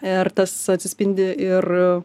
ir tas atsispindi ir